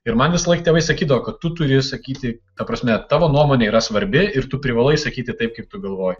ir man visąlaik tėvai sakydavo kad tu turi sakyti ta prasme tavo nuomonė yra svarbi ir tu privalai sakyti taip kaip tu galvoji